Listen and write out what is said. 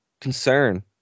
concern